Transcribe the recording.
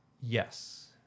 yes